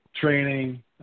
training